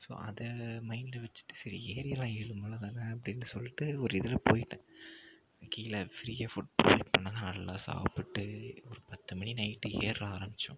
so அதை மைண்ட்டில வச்சிகிட்டு சரி ஏறிவிடலாம் ஏழு மலைதானே அப்படின்னு சொல்லிவிட்டு ஒரு இதில் போயிவிட்டேன் கீழே ஃப்ரீயாக ஃபுட் ப்ரொவைட் பண்ணாங்க நல்லா சாப்பிடுட்டு ஒரு பத்து மணி நைட்டு ஏற ஆரம்பிச்சோம்